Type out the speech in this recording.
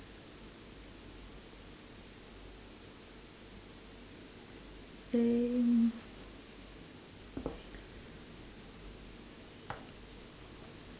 then